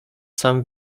sam